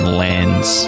lands